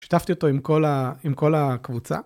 שתפתי אותו עם כל הקבוצה.